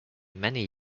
many